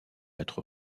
être